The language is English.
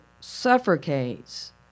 suffocates